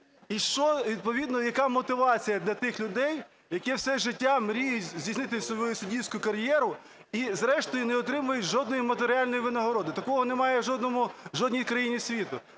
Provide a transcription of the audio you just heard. І що, відповідно, яка мотивація для тих людей, які все життя мріють здійснити свою суддівську кар'єру, і зрештою не отримують жодної матеріальної винагороди? Такого немає в жодній країні світу.